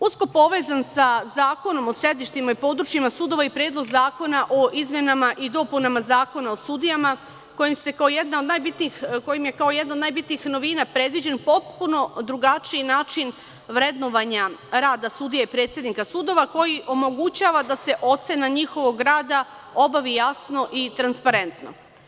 Usko povezan sa Zakonom o sedištima i područjima sudova je Predlog zakona o izmenama i dopunama Zakona o sudijama, gde je jedna od najbitnijih novina predviđen potpuno drugačiji način vrednovanja rada sudija i predsednika sudova koji omogućava da se ocena njihovog rada objavi jasno i transparentno.